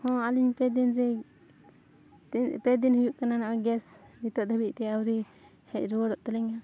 ᱦᱮᱸ ᱟᱹᱞᱤᱧ ᱯᱮ ᱫᱤᱱ ᱡᱮ ᱯᱮ ᱫᱤᱱ ᱦᱩᱭᱩᱜ ᱠᱟᱱᱟ ᱱᱚᱜᱼᱚᱭ ᱜᱮᱥ ᱱᱤᱛᱚᱜ ᱫᱷᱟᱹᱵᱤᱡ ᱛᱮ ᱟᱹᱣᱨᱤ ᱦᱮᱡ ᱨᱩᱭᱟᱹᱲᱚᱜ ᱛᱟᱞᱤᱧᱟ